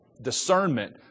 discernment